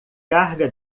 carga